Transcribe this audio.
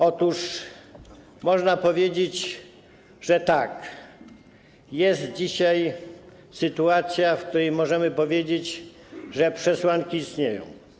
Otóż można powiedzieć, że tak, jest dzisiaj sytuacja, w której możemy powiedzieć, że przesłanki istnieją.